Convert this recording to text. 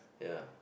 ya